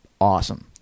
awesome